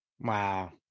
Wow